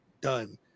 done